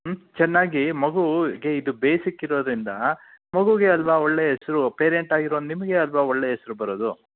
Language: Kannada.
ಚೆನ್ನಾಗಿ ಮಗೂಗೆ ಇದು ಬೇಸಿಕ್ ಇರೋದರಿಂದ ಮಗೂಗೇ ಅಲ್ಲವಾ ಒಳ್ಳೆಯ ಹೆಸ್ರು ಪೇರೆಂಟ್ ಆಗಿರೋ ನಿಮಗೇ ಅಲ್ಲವಾ ಒಳ್ಳೆಯ ಹೆಸ್ರು ಬರೋದು